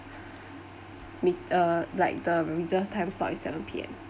me~ uh like the reserved time start at seven P_M